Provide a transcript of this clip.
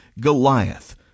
Goliath